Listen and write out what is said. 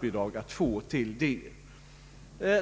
bidrag att få för ändamålet.